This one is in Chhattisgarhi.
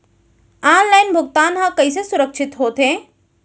ऑनलाइन भुगतान हा कइसे सुरक्षित होथे?